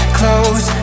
close